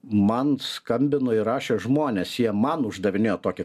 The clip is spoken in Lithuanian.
man skambino ir rašė žmones jie man uždavinėjo tokį